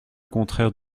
contraire